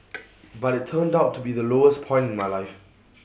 but IT turned out to be the lowest point in my life